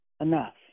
enough